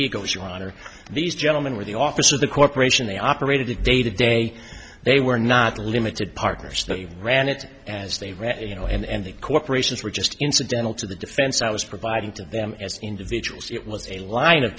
egos your honor these gentlemen with the office of the corporation they operated it day to day they were not limited partners they ran it as they ran you know and the corporations were just incidental to the defense i was providing to them as individuals it was a line of